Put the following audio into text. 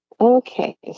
Okay